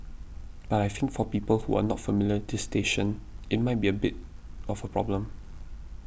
but I think for people who are not familiar this station it might be a bit of a problem